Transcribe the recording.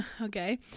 Okay